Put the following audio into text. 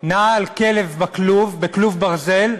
נעל כלב בכלוב, בכלוב ברזל,